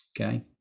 okay